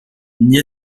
n’y